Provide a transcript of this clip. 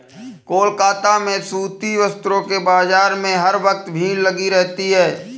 कोलकाता में सूती वस्त्रों के बाजार में हर वक्त भीड़ लगी रहती है